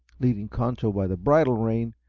leading concho by the bridle rein,